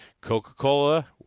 coca-cola